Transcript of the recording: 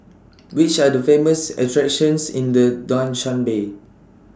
Which Are The Famous attractions in The Dushanbe